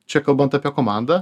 čia kalbant apie komandą